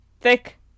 Thick